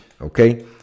okay